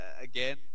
again